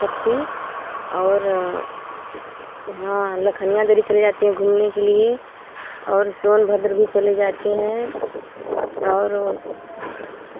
सती और हाँ लखनिया धरी चले जाते हैं घूमने के लिए और सोनभद्र भी चले जाते हैं और